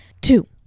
Two